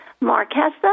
Marquesa